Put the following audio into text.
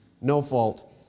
no-fault